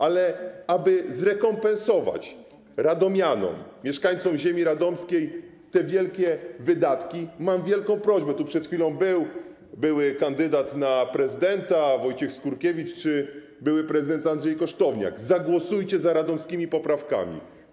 Ale aby zrekompensować radomianom, mieszkańcom ziemi radomskiej te wielkie wydatki, mam wielką prośbę - tu przed chwilą był były kandydat na prezydenta Wojciech Skurkiewicz czy były prezydent Andrzej Kosztowniak - zagłosujcie za radomskimi poprawkami.